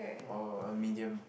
or a medium